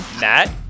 Matt